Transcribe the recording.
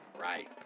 Right